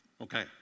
Okay